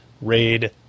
RAID